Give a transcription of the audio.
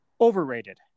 overrated